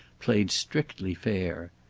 played strictly fair.